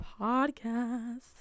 podcast